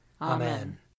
Amen